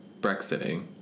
Brexiting